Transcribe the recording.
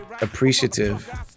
appreciative